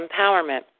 empowerment